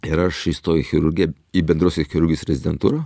ir aš įstojau į chirurgiją į bendrosios chirurgijos rezidentūrą